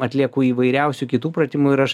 atlieku įvairiausių kitų pratimų ir aš